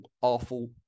awful